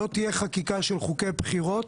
לא תהיה חקיקה של חוקי בחירות.